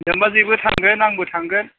नोमबाजैबो थांगोन आंबो थांगोन